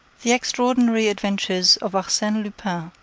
the extraordinary adventures of arsene lupin,